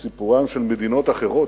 בסיפורן של מדינות אחרות.